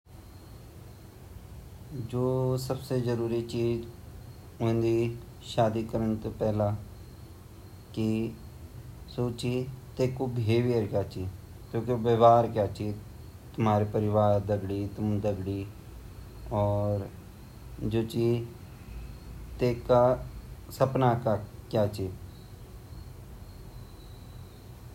मेरा हिसाब से जे दे हम शादी कारण लगया छिन वेगा बारामा हमते जानने भोत ज़रूरत ची अर वेगा जानने क्या ज़रूरत ची की वेगि सोच कन ची वेगा परिवारे सोच कन ची वेगा संस्कार कन छिन किलेकी जेगा जेगा परिवारा संस्कार अच्छा छिन ता वेगा बच्चा अगर बिगन भी छिन ता उ आगे चलीते अच्छा बन जॉन अर ज़रूरी नी वेगु पढयो लिख्युं वोन ज़रूरी ची वो अनपढ़ भी चल जालु वेगु संस्कार वेगि सोच सब मान्य इ \रखन।